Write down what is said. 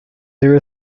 there